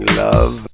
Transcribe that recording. love